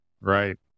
Right